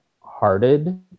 hearted